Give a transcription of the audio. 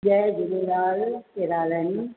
जय झूलेलाल कहिड़ा हाल आहिनि